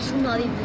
naughty